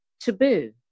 taboo